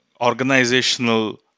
organizational